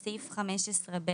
בסעיף 15ב